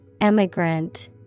Emigrant